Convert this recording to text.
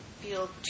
feel